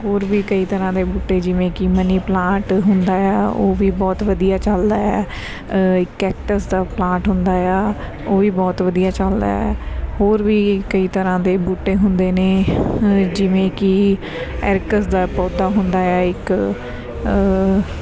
ਹੋਰ ਵੀ ਕਈ ਤਰ੍ਹਾਂ ਦੇ ਬੂਟੇ ਜਿਵੇਂ ਕਿ ਮਨੀ ਪਲਾਂਟ ਹੁੰਦਾ ਆ ਉਹ ਵੀ ਬਹੁਤ ਵਧੀਆ ਚੱਲਦਾ ਆ ਕੈਕਟਸ ਦਾ ਪਲਾਂਟ ਹੁੰਦਾ ਆ ਉਹ ਵੀ ਬਹੁਤ ਵਧੀਆ ਚੱਲਦਾ ਹੋਰ ਵੀ ਕਈ ਤਰ੍ਹਾਂ ਦੇ ਬੂਟੇ ਹੁੰਦੇ ਨੇ ਜਿਵੇਂ ਕਿ ਐਰਕਸ ਦਾ ਪੌਦਾ ਹੁੰਦਾ ਆ ਇੱਕ